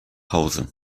hause